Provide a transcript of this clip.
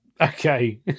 Okay